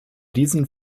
diesen